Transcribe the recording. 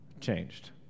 changed